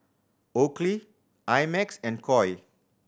Oakley I Max and Koi